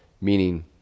meaning